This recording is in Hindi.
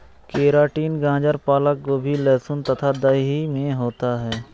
केराटिन गाजर पालक गोभी लहसुन तथा दही में होता है